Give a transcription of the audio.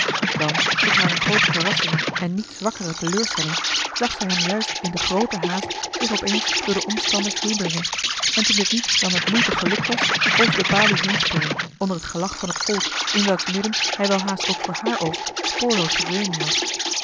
dan tot hare groote verrassing en niet zwakkere teleurstelling zag zij hem juist in de groote haast zich opeens door de omstanders heendringen en toen dit niet dan met moeite gelukt was over de balie heenspringen onder het gelach van het volk in welks midden hij welhaast ook voor haar oog spoorloos verdwenen was